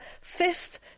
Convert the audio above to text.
fifth